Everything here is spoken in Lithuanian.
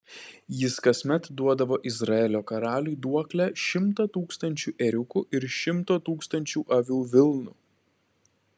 jis kasmet duodavo izraelio karaliui duoklę šimtą tūkstančių ėriukų ir šimto tūkstančių avių vilnų